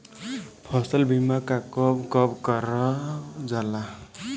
फसल बीमा का कब कब करव जाला?